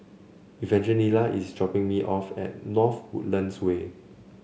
Evangelina is dropping me off at North Woodlands Way